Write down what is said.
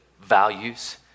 values